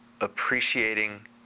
appreciating